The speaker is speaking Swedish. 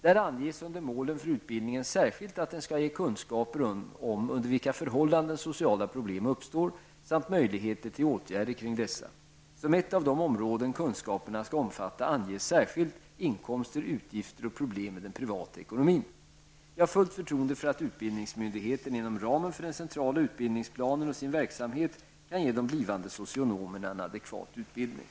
Där anges under målen för utbildningen särskilt att den skall ge kunskaper om under vilka förhållanden sociala problem uppstår samt möjligheterna till åtgärder kring dessa. Som ett av de områden kunskaperna skall omfatta anges särskilt ''inkomster, utgifter och problem i den privata ekonomin''. Jag har fullt förtroende för att utbildningsmyndigheterna inom ramen för den centrala utbildningsplanen och sin verksamhet kan ge de blivande socionomerna en adekvat utbildning.